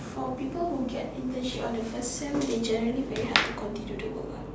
for people who get internship on the first sem they generally very hard to continue the work ah